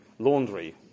Laundry